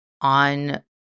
on